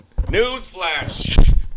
newsflash